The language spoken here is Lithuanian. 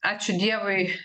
ačiū dievui